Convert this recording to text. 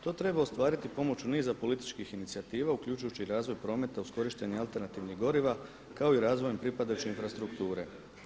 To treba ostvariti pomoću niza političkih inicijativa uključujući i razvoj prometa uz korištenje alternativnih goriva kao i razvojem pripadajuće infrastrukture.